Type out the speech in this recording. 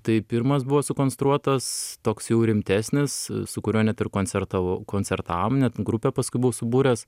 tai pirmas buvo sukonstruotas toks jau rimtesnis su kuriuo net ir koncertavau koncertavom net grupę paskui buvau subūręs